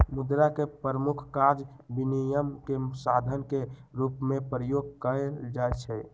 मुद्रा के प्रमुख काज विनिमय के साधन के रूप में उपयोग कयल जाइ छै